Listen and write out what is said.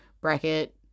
bracket